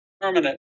permanent